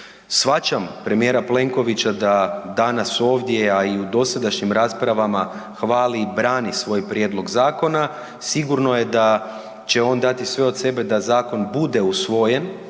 Shvaćam premijera Plenkovića da danas ovdje, a i u dosadašnjim raspravama hvali i brani svoj prijedlog zakona. Sigurno je da će on dati sve od sebe da zakon bude usvojen